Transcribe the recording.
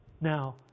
Now